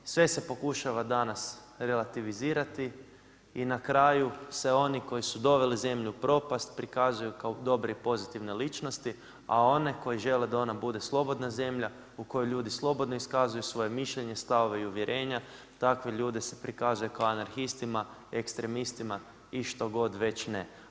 Sve se pokušava danas relativizirati i na kraju se oni koji su doveli zemlju u propast prikazuju kao dobre i pozitivne ličnosti, a one koji žele da ona bude slobodna zemlja u kojoj ljudi slobodno iskazuju svoje mišljenje, stavove i uvjerenja takve ljude se prikazuje kao anarhistima, ekstremistima i što god već ne.